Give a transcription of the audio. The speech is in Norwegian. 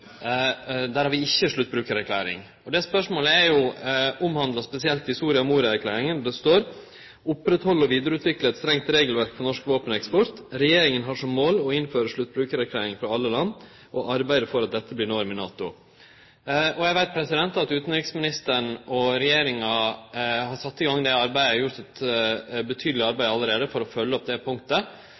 Der har vi ikkje sluttbrukarerklæring. Spørsmålet er spesielt omhandla i Soria Moria-erklæringa. Det står at ein vil «opprettholde og videreutvikle et strengt regelverk for norsk våpeneksport. Regjeringen har som mål å innføre sluttbrukererklæring fra alle land, og arbeide for at dette blir norm i NATO». Eg veit at utanriksministeren og regjeringa har sett i gang det arbeidet og gjort eit betydeleg arbeid allereie for å følgje opp det punktet.